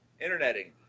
interneting